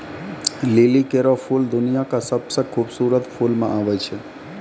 लिली केरो फूल दुनिया क सबसें खूबसूरत फूल म आबै छै